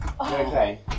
okay